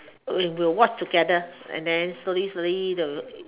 we will watch together and then slowly slowly the